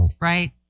right